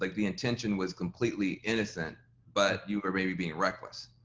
like the intention was completely innocent but you were maybe being reckless.